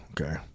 Okay